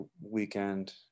weekend